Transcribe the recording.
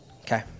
Okay